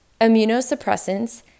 immunosuppressants